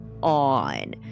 on